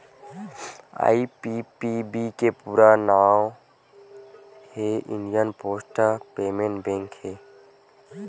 IPPB के पूरा नांव हे इंडिया पोस्ट पेमेंट बेंक हे